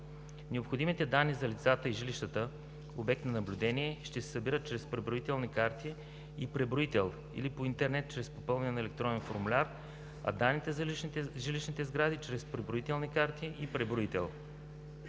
Необходимите данни за лицата и жилищата, обект на наблюдение, ще се събират чрез преброителни карти и преброител или по интернет чрез попълване на електронен формуляр, а данните за жилищните сгради – чрез преброителни карти и преброител.